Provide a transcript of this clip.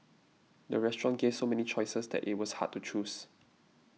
the restaurant gave so many choices that it was hard to choose